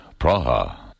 Praha